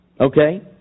Okay